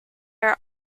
are